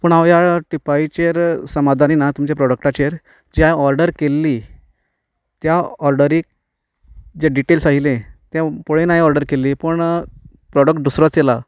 पूण हांव ह्या ह्या टिपाोयाचेर समादानी ना तुमच्या प्रॉडक्टाचेर जी हांवें ऑर्डर केल्ली त्या ऑर्डरीक जे डिटेल्स आयिल्ले ते पळोवन हांवें ऑर्डर केल्ली पूण प्रॉडक्ट दुसरोच आयला